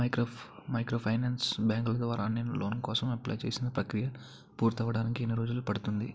Microfinance బ్యాంకుల ద్వారా నేను లోన్ కోసం అప్లయ్ చేసిన ప్రక్రియ పూర్తవడానికి ఎన్ని రోజులు పడుతుంది?